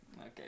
Okay